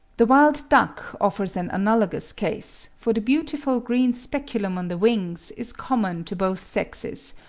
the wild-duck offers an analogous case, for the beautiful green speculum on the wings is common to both sexes,